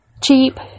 cheap